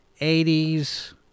80s